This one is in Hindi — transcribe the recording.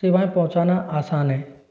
सेवाएं पहुंचाना आसान है